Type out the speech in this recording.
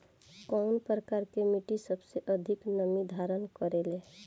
कउन प्रकार के मिट्टी सबसे अधिक नमी धारण करे ले?